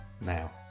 now